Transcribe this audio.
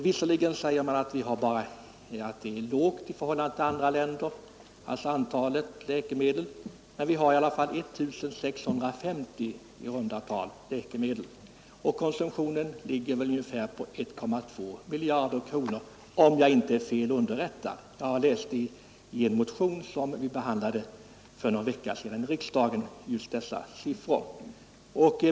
Visserligen säger man att antalet läkemedel här är lågt i jämförelse med andra länder, men vi har i alla fall i runt tal 1 650 läkemedel, och konsumtionen ligger på ungefär 1,2 miljarder kronor per år, om jag inte är fel underrättad; jag har hämtat dessa siffror ur en motion som vi behandlade i riksdagen för någon vecka sedan.